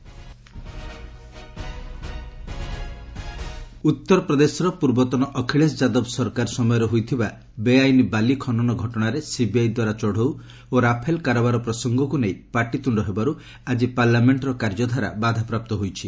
overall parliament ଉତ୍ତରପ୍ରଦେଶର ପୂର୍ବତନ ଅଖିଳେଶ ଯାଦବ ସରକାର ସମୟରେ ହୋଇଥିବା ବେଆଇନ୍ ବାଲି ଖନନ ଘଟଣାରେ ସିବିଆଇ ଦ୍ୱାରା ଚଢ଼ଉ ଓ ରାଫେଲ କାରବାର ପ୍ରସଙ୍ଗକୁ ନେଇ ପାଟିତୁଣ୍ଡ ହେବାରୁ ଆଜି ପାର୍ଲାମେଣ୍ଟର କାର୍ଯ୍ୟଧାରା ବାଧାପ୍ରାପ୍ତ ହୋଇଛି